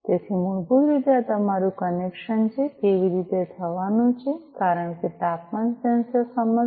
તેથી આ મૂળભૂત રીતે તમારું કનેક્શન કેવી રીતે થવાનું છે કારણ કે તાપમાન સેન્સર સમજશે